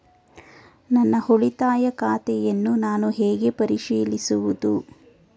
ನನ್ನ ಉಳಿತಾಯ ಖಾತೆಯನ್ನು ನಾನು ಹೇಗೆ ಪರಿಶೀಲಿಸುವುದು?